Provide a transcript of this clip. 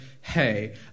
hey